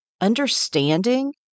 understanding